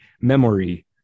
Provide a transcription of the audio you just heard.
memory